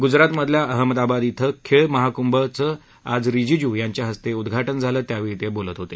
गुजरातमधल्या अहमदाबाद श्वे खेळ महाकुंभचं आज रिजीजू यांच्या हस्ते उद्घाटन झालं त्यावेळी ते बोलत होते